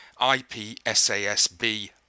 ipsasb